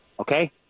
Okay